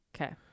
Okay